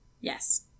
yes